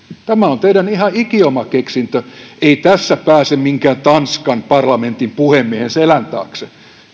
tämä on teidän ihan ikioma keksintönne ei tässä pääse minkään tanskan parlamentin puhemiehen selän taakse